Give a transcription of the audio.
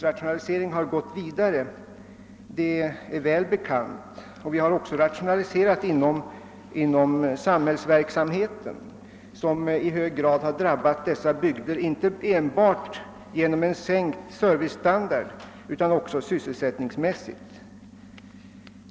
Rationaliseringen av jordoch skogsbruket har fortsatt, och det har även rationaliserats inom samhällets verksamhet. Detta har i hög grad drabbat de berörda bygderna, inte enbart genom en sänkt servicestandard utan också sysselsättningsmässigt.